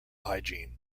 hygiene